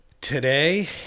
Today